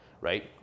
right